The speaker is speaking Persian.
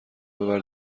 ببر